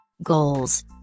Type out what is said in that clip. Goals